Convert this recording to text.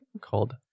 called